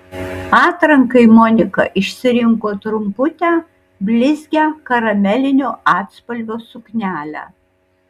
atrankai monika išsirinko trumputę blizgią karamelinio atspalvio suknelę